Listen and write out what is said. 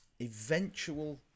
eventual